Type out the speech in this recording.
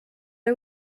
are